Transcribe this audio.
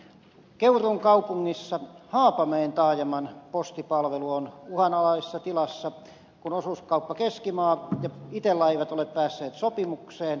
keuruun kaupungissa haapamäen taajaman postipalvelu on uhanalaisessa tilassa kun osuuskauppa keskimaa ja itella eivät ole päässeet sopimukseen